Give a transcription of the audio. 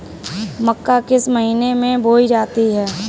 मक्का किस महीने में बोई जाती है?